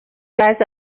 guys